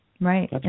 Right